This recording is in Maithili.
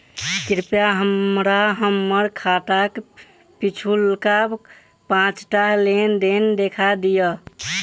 कृपया हमरा हम्मर खाताक पिछुलका पाँचटा लेन देन देखा दियऽ